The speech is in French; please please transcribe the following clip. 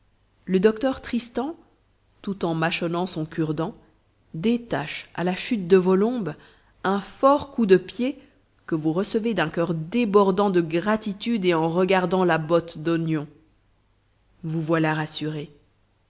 le docteur tristan tout en mâchonnant son cure-dents détache à la chute de vos lombes un fort coup de pied que vous recevez d'un cœur débordant de gratitude et en regardant la botte d'oignons vous voilà rassuré